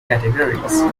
categories